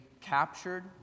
captured